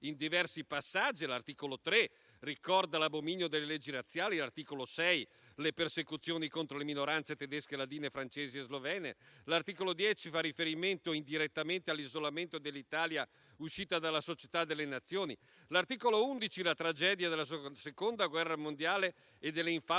in diversi passaggi, come all'articolo 3, che ricorda l'abominio delle leggi razziali; all'articolo 6, che ricorda le persecuzioni contro le minoranze tedesche, latine, francesi e slovene; mentre l'articolo 10 fa riferimento indirettamente all'isolamento dell'Italia uscita dalla Società delle Nazioni; l'articolo 11 ricorda la tragedia della Seconda guerra mondiale e delle infauste guerre